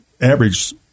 average